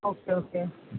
okay okay